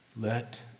Let